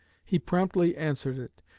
he promptly answered it,